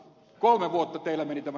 kolme vuotta teille tämä